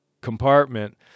compartment